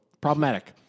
problematic